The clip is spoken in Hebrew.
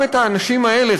גם את האנשים האלה,